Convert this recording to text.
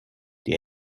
die